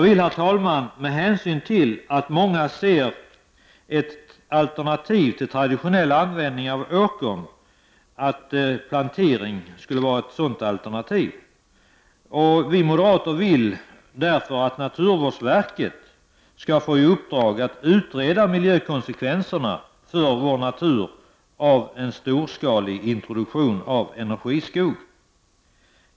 Plantering av energiskog ser många som ett alternativ till traditionell användning av åkern. Vi moderater anser därför att naturvårdsverket skall få i uppdrag att utreda miljökonsekvenserna för vår natur av en storskalig introduktion av energiskog.